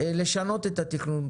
לשנות את התכנון?